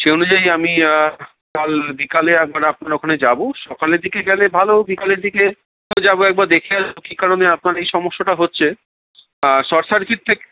সে অনুযায়ী আমি কাল বিকালে একবার আপনার ওখানে যাবো সকালের দিকে গেলে ভালো বিকালের দিকে যাবো একবার দেখে যাব কি কারণে আপনার এই সমস্যাটা হচ্ছে শর্ট সার্কিট থেকে